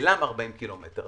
ולמה 40 ק"מ?